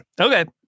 Okay